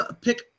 pick